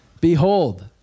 Behold